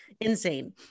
Insane